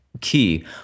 key